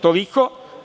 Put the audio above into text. Toliko.